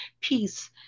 peace